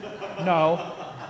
No